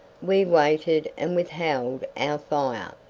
we waited and withheld our fire.